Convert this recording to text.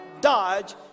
dodge